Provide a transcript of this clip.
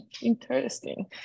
interesting